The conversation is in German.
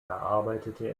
erarbeitete